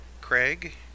Craig